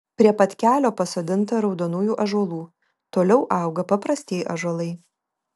prie pat kelio pasodinta raudonųjų ąžuolų toliau auga paprastieji ąžuolai